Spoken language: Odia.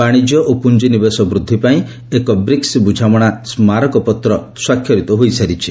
ବାଣିଜ୍ୟ ଓ ପୁଞ୍ଜି ନିବେଶ ବୃଦ୍ଧି ପାଇଁ ଏକ ବ୍ରିକ୍ସ ବୁଝାମଣା ସ୍କାରକପତ୍ର ସ୍ୱାକ୍ଷରିତ ହୋଇସାରିଛି